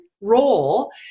role